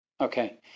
Okay